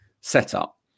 setup